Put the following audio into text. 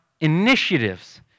initiatives